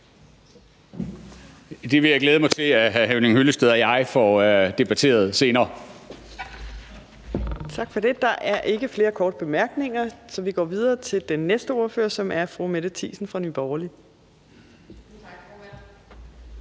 Det vil jeg glæde mig til at hr. Henning Hyllested og jeg får debatteret senere. Kl. 21:29 Fjerde næstformand (Trine Torp): Tak for det. Der er ikke flere korte bemærkninger, så vi går videre til den næste ordfører, som er fru Mette Thiesen fra Nye Borgerlige.